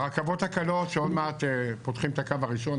הרכבות הקלות שעוד מעט פותחים את הקו הראשון,